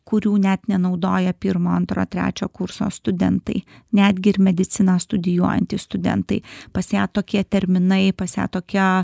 kurių net nenaudoja pirmo antro trečio kurso studentai netgi ir mediciną studijuojantys studentai pas ją tokie terminai pas ją tokia